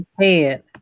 head